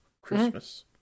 Christmas